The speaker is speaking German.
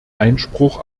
einspruch